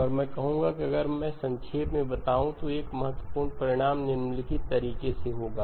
और मैं कहूंगा कि अगर मैं संक्षेप में बताऊं तो एक महत्वपूर्ण परिणाम निम्नलिखित तरीके से होगा